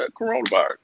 coronavirus